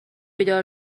بیدار